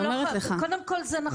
קודם כול, זה נכון.